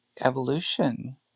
Evolution